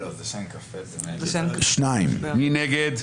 מי נגד?